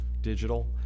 digital